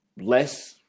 Less